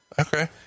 Okay